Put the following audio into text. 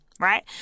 Right